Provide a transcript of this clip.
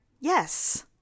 yes